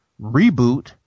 reboot